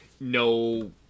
no